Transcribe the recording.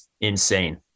insane